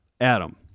Adam